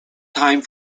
time